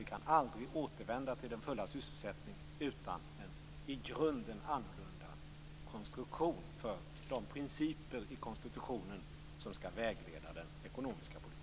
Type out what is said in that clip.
Vi kan aldrig återvända till den fulla sysselsättningen utan en i grunden annorlunda konstruktion för de principer i konstitutionen som skall vägleda den ekonomiska politiken.